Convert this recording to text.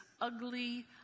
ugly